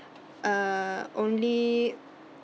uh only